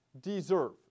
deserve